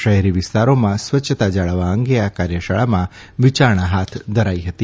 શહેરી વિસ્તારોમાં સ્વચ્છતા જાળવવા અંગે આ કાર્યશાળામાં વિચારણા હાથ ધરાઇ હતી